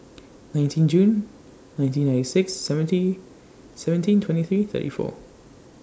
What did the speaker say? nineteen June nineteen ninety six seventy seventeen twenty three thirty four